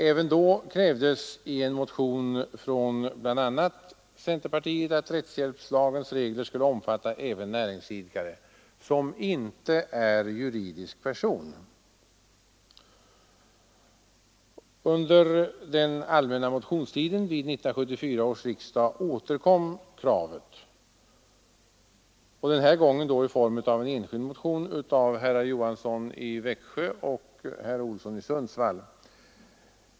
Även då krävdes i en motion från bl.a. centerpartiet att rättshjälpslagens regler skulle omfatta även näringsidkare som inte är juridisk person. Under den allmänna motionstiden vid 1974 års riksdag återkom kravet, denna gång i en enskild motion av herr Johansson i Växjö och herr Olsson i Sundsvall.